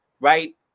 right